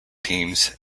teams